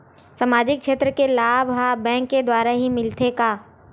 सामाजिक क्षेत्र के लाभ हा बैंक के द्वारा ही मिलथे का?